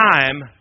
time